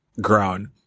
ground